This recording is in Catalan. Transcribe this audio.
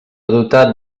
dotat